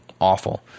awful